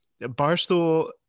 Barstool